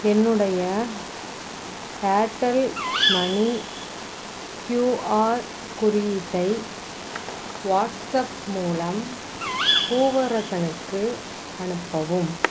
என்னுடைய Airtel money QR குறியீட்டை WhatsApp மூலம் பூவரசனுக்கு அனுப்பவும்